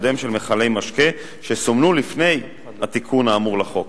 קודם של מכלי משקה שסומנו לפני התיקון האמור לחוק.